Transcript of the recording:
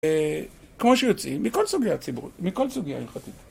כמו שיוצאים, מכל סוגיה ציבורית, מכל סוגיה הלכתית.